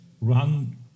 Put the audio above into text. run